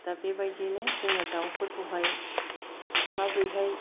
दा बेबायदिनो जोङो दाउफोरखौहाय माबोरैहाय